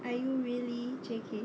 are you really J_K